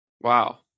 Wow